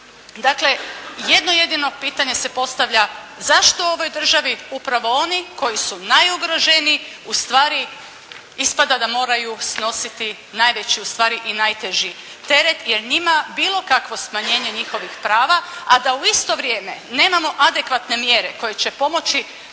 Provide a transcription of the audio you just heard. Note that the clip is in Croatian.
Dakle, jedno jedino pitanje se postavlja zašto u ovoj državi upravo oni koji su najugroženiji u stvari ispada da moraju snositi najveći, u stvari i najteži teret jer njima bilo kakvo smanjenje njihovih prava, a da u isto vrijeme nemamo adekvatne mjere koje će pomoći